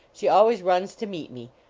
she always runs to meet me.